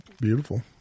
beautiful